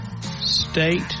state